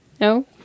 No